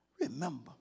remember